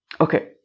okay